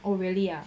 oh really ah